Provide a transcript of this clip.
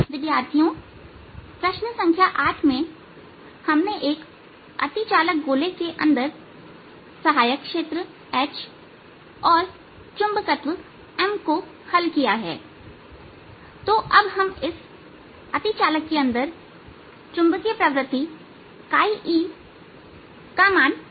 विद्यार्थियों प्रश्न संख्या 8 में हमने एक अतिचालक गोले के अंदर सहायक क्षेत्र H और चुंबकत्व M को हल किया है तो अब हम इस अतिचालक के अंदर चुंबकीय प्रवृत्ति e का मान जानना चाहते हैं